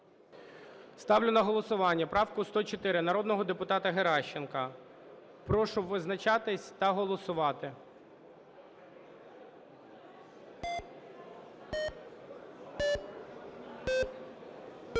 Ставлю на голосування правку 104 народного депутата Геращенко. Прошу визначатись та голосувати.